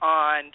on